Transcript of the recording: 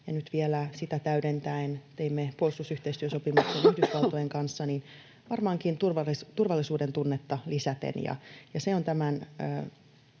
ja vielä sitä täydentäen teimme puolustusyhteistyösopimuksen Yhdysvaltojen kanssa, varmaankin turvallisuudentunne lisääntyy. Ja se on tämän